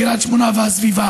בקריית שמונה והסביבה.